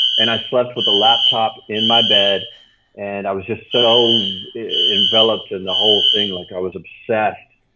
and i slept with a laptop in my bed and i was just so enveloped in the whole thing, like i was obsessed.